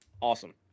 Awesome